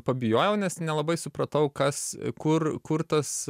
pabijojau nes nelabai supratau kas kur kur tas